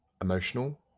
emotional